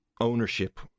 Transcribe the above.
ownership